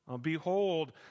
Behold